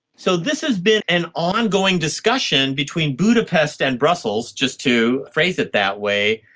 so this has been an ongoing discussion between budapest and brussels, just to phrase it that way,